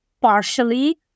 partially